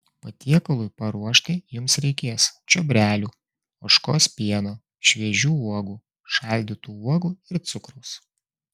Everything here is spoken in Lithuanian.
patiekalui paruošti jums reikės čiobrelių ožkos pieno šviežių uogų šaldytų uogų ir cukraus